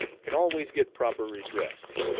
can always get proper redress.